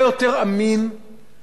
בלי כעס, גאווה,